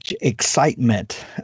excitement